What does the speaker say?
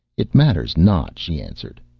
it matters not she answered.